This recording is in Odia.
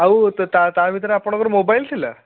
ଆଉ ତା ଭିତରେ ଆପଣଙ୍କର ମୋବାଇଲ୍ ଥିଲା